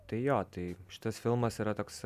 tai jo tai šitas filmas yra toks